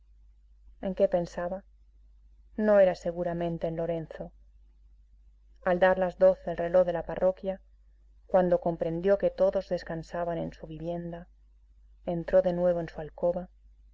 en qué pensaba no era seguramente en lorenzo al dar las doce el reloj de la parroquia cuando comprendió que todos descansaban en su vivienda entró de nuevo en su alcoba